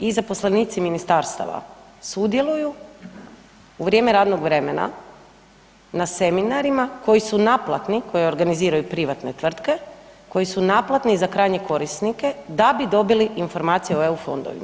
i zaposlenici ministarstava sudjeluju u vrijeme radnog vremena na seminarima koji su naplatni, koje organiziraju privatne tvrtke, koji su naplatni za krajnje korisnike da bi dobili informacije o eu fondovima?